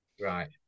Right